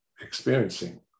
experiencing